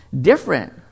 different